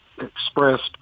expressed